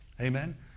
Amen